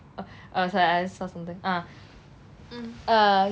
oh sorry I just wanted something ah err